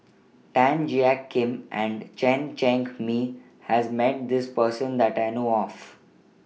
Tan Jiak Kim and Chen Cheng Mei has Met This Person that I know of